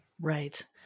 Right